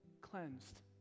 cleansed